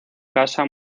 casa